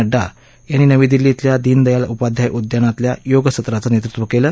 नड्डा यांनी नवी दिल्ली श्रिल्या दीनदयाल उपाध्याय उद्यानातल्या योग सत्राचं नेतृत्त्व केलं